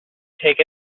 take